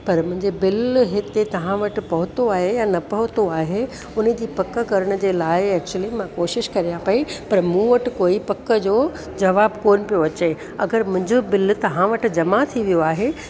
पर मुंहिंजो बिल हिते तव्हां वटि पहुतो आहे या न पहुतो आहे उन जी पक करण जे लाइ एक्चयूली मां कोशिशि कयां पई पर मूं वटि कोई पक जो जवाब कोन पियो अचे अगरि मुंहिंजो बिल तव्हां वटि जमा थी वियो आहे